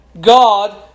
God